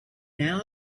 now